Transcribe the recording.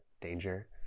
Danger